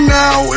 now